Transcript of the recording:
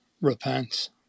Repent